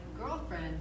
girlfriend